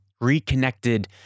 reconnected